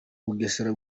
bugesera